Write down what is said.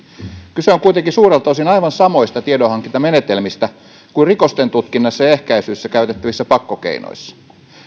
kyse on kuitenkin suurelta osin aivan samoista tiedonhankintamenetelmistä kuin rikosten tutkinnassa ja ehkäisyssä käytettävissä pakkokeinoissa